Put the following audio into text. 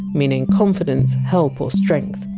meaning confidence, help or strength.